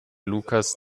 lukas